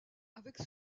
avec